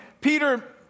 Peter